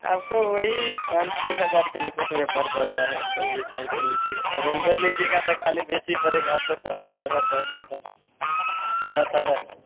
आपको वही पाँच छः हजार के में पड़ जाता है कोई भी साइकिल लीजिए रेंजर लीजिएगा तो खाली देशी पड़ेगा आपको सात आठ हजार बस दस सात हजार